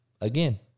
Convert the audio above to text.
Again